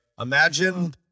imagine